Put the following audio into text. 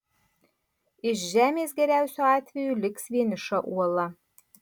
iš žemės geriausiu atveju liks vieniša uola